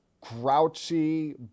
grouchy